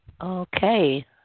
Okay